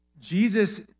Jesus